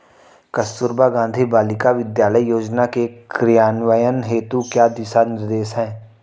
कस्तूरबा गांधी बालिका विद्यालय योजना के क्रियान्वयन हेतु क्या दिशा निर्देश हैं?